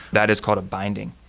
that is called a binding.